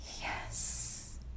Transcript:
yes